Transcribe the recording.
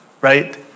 right